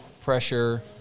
pressure